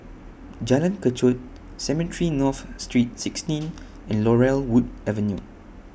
Jalan Kechot Cemetry North Street sixteen and Laurel Wood Avenue